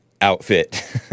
outfit